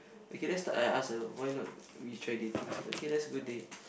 okay next time I ask her why not we try dating said okay let's go date